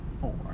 four